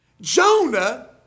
Jonah